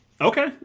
Okay